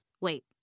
Wait